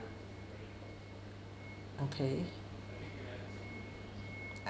okay